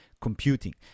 computing